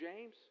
James